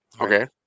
Okay